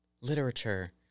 literature